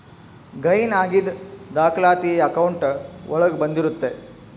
gain ಆಗಿದ್ ದಾಖಲಾತಿ account ಒಳಗ ಬಂದಿರುತ್ತೆ